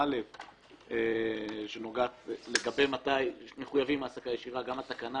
580א לגבי מתי מחויבים העסקה ישירה גם התקנה